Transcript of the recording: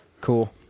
cool